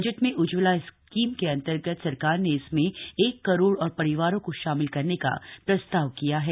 budget में Ujjwala scheme के अंतर्गत सरकार ने इसमें एक करोड़ और परिवारों को शामिल करने का प्रस्ताव किया है